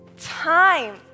time